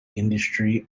industry